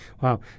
wow